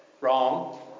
Wrong